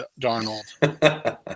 Darnold